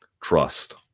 trust